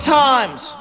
times